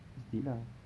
mesti lah